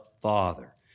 Father